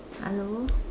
hello